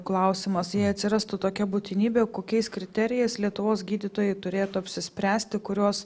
klausimas jei atsirastų tokia būtinybė kokiais kriterijais lietuvos gydytojai turėtų apsispręsti kuriuos